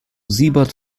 siebert